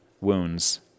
wounds